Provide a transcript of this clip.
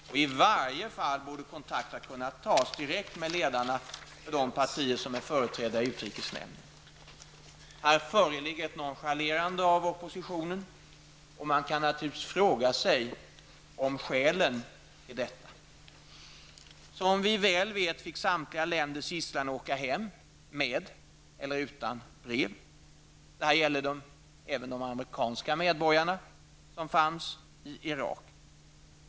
Kontakt borde i varje fall ha kunnat tas direkt med ledarna för de partier som är företrädda i utrikesnämnden. Här föreligger ett nonchalerande av oppositionen. Man kan fråga sig om skälen därtill. Oavsett om det fanns ett brev eller inte fick samtliga länders gisslan åka hem. Detta gäller även de amerikanska medborgare som befann sig i Irak.